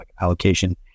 allocation